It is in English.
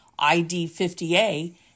ID50A